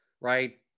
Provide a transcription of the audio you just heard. right